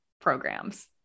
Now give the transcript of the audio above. programs